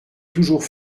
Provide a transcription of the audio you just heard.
toujours